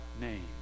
name